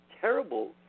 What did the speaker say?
terrible